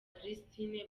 christine